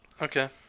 Okay